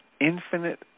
infinite